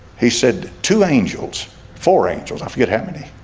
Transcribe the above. he said two angels four angels. i forget how many